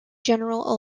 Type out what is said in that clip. general